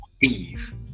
Eve